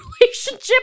relationship